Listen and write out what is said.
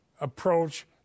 approach